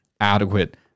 adequate